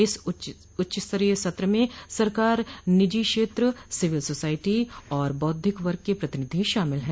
इस उच्च स्तरीय सत्र में सरकार निजी क्षेत्र सिविल सोसाइटी और बौद्धिक वर्ग के प्रतिनिधि शामिल हैं